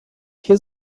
hier